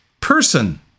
person